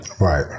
Right